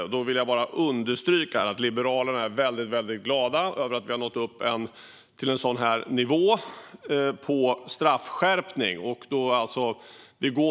Jag vill här bara understryka att Liberalerna är väldigt glada över att vi har nått upp till en sådan här nivå på straffskärpning.